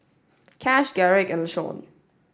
Cash Garrick and Lashawn